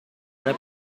una